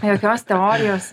jokios teorijos